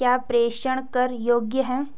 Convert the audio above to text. क्या प्रेषण कर योग्य हैं?